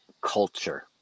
culture